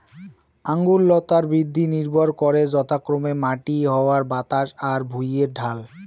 আঙুর লতার বৃদ্ধি নির্ভর করে যথাক্রমে মাটি, হাওয়া বাতাস আর ভুঁইয়ের ঢাল